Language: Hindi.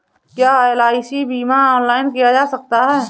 क्या एल.आई.सी बीमा ऑनलाइन किया जा सकता है?